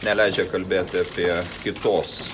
neleidžia kalbėti apie kitos